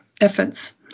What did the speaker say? efforts